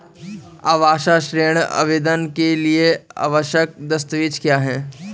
आवास ऋण आवेदन के लिए आवश्यक दस्तावेज़ क्या हैं?